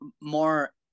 more